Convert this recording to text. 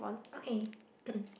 okay